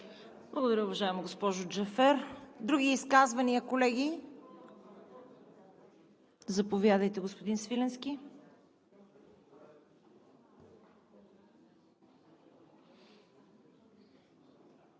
Благодаря, уважаема госпожо Джафер. Други изказвания, колеги? Заповядайте, господин Свиленски.